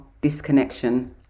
disconnection